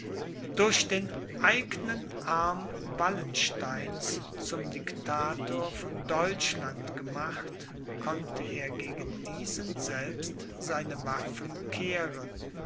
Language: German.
durch den eignen arm wallensteins zum diktator von deutschland gemacht konnte er gegen diesen selbst seine waffen kehren